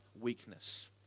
weakness